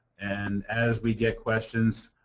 and as we get questions,